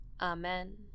Amen